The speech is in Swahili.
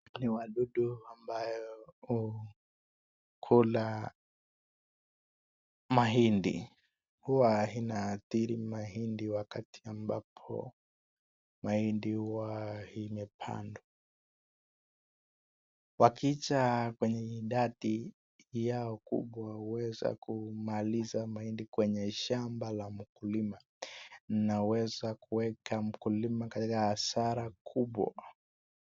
Ni wadudu ambayo kula mahindi. Huwa inahathiri mahindi wakati ambapo mahindi huwa imepandwa. Wakija kwenye idadi yao kubwa hueza kumaliza mahindi kwenye shamba la mkulima. Inaweza kuweka mkulima katika hasara kubwa.